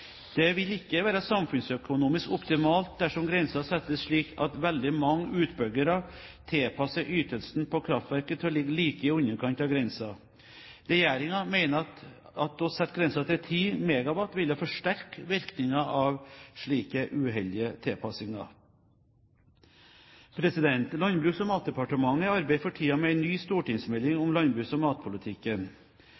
Det vil ikke være samfunnsøkonomisk optimalt dersom grensen settes slik at veldig mange utbyggere tilpasser ytelsen på kraftverket til å ligge like i underkant av grensen. Regjeringen mener at å sette grensen til 10 MW ville forsterke virkningen av slike uheldige tilpasninger. Landbruks- og matdepartementet arbeider for tiden med en ny stortingsmelding